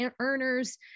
earners